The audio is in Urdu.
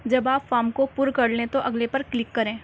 جب آپ فارم کو پر کر لیں تو اگلے پر کلک کریں